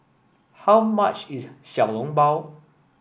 how much is Xiao Long Bao